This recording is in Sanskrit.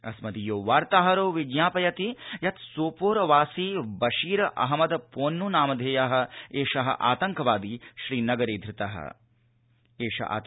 अस्मदीयो वार्ताहरो विज्ञापयति यत् सोपोर वासी बशीर अहमद पोन्नु नामधेय एष आतङ्कवादी श्रीनगरे धृत